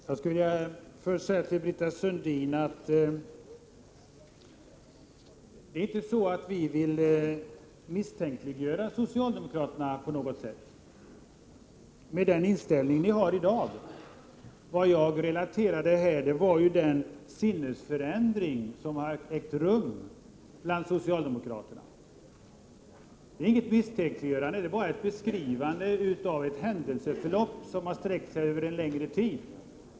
Fru talman! Jag vill börja med att säga till Britta Sundin att vi inte på något sätt vill misstänkliggöra den inställning ni socialdemokrater har i dag. Det jag relaterade var den sinnesförändring som har ägt rum bland socialdemokraterna. Det är inget misstänkliggörande, bara en beskrivning av ett händelseförlopp, som har sträckt sig över en längre tid.